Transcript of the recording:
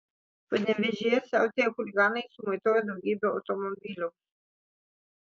panevėžyje siautėję chuliganai sumaitojo daugybę automobilių